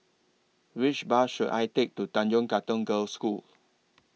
Which Bus should I Take to Tanjong Katong Girls' School